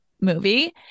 movie